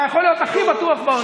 אתה יכול להיות הכי בטוח בעולם.